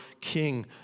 King